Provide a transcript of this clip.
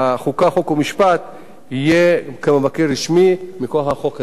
החוקה, חוק ומשפט יהיה מבקר רשמי מכוח החוק הזה.